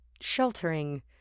sheltering